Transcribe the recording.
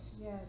yes